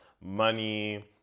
money